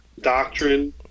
doctrine